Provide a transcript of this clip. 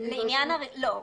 לא,